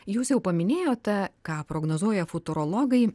jūs jau paminėjote ką prognozuoja futurologai